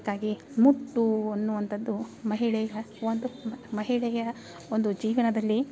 ಅದಕ್ಕಾಗಿ ಮುಟ್ಟೂ ಅನ್ನುವಂಥದ್ದು ಮಹಿಳೆಯ ಒಂದು ಮಹಿಳೆಯ ಒಂದು ಜೀವನದಲ್ಲಿ